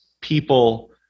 people